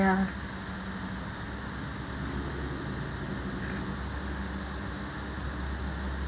ya